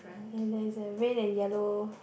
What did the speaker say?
and there's a red and yellow